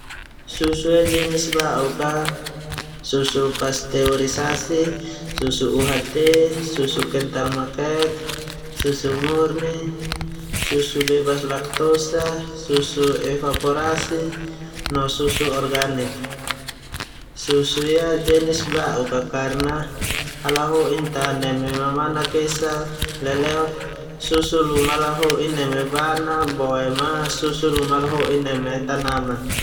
Susu ia jenis ba'uk a. Susu Pasteurisasi, Susu UHT, Susu Kental makeek, Susu Murni, Susu Bebas Laktosa, susu Evaporasi, no Susu Organik. Susu ia jenis ba'uk a karena ala ho'in ta neme mamanak esa leleo, susu luma ala ho'in neme bana boema susu luma ala ho'in neme tanaman.